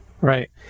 right